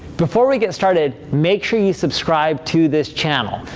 before we get started, make sure you subscribe to this channel.